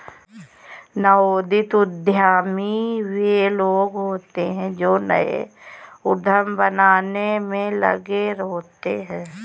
नवोदित उद्यमी वे लोग होते हैं जो नए उद्यम बनाने में लगे होते हैं